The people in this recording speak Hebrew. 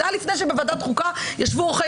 זה היה לפני שבוועדת חוקה ישבו עורכי